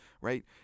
right